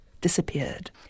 disappeared